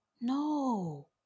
No